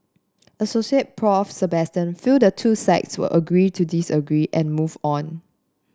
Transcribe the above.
Assoc Prof Sebastian feel the two sides will agree to disagree and move on